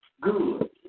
good